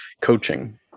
coaching